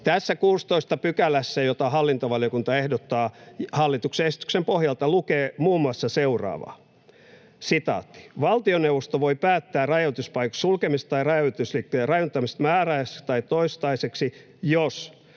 Tässä 16 §:ssä, jota hallintovaliokunta ehdottaa hallituksen esityksen pohjalta, lukee muun muassa seuraavaa: ”Valtioneuvosto voi päättää rajanylityspaikan sulkemisesta tai rajanylitysliikenteen rajoittamisesta määräajaksi tai toistaiseksi, jos